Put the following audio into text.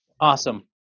Awesome